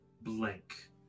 blank